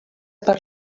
per